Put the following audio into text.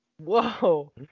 Whoa